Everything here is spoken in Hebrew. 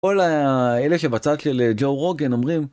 כל האלה שבצד של ג'ו רוגן אומרים.